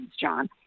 John